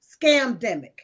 scamdemic